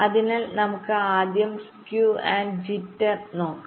അതിനാൽ നമുക്ക് ആദ്യം സ്ക്യൂ ആൻഡ് ജിറ്റർ നോക്കാം